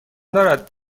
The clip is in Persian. دارد